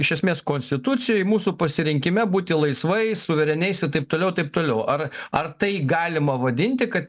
iš esmės konstitucijoj mūsų pasirinkime būti laisvais suvereniais ir taip toliau taip toliau ar ar tai galima vadinti kad